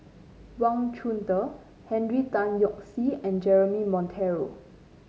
Wang Chunde Henry Tan Yoke See and Jeremy Monteiro